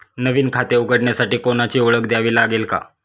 नवीन खाते उघडण्यासाठी कोणाची ओळख द्यावी लागेल का?